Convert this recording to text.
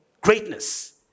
Greatness